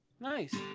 nice